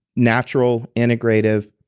natural, integrative,